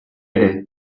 ere